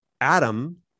Adam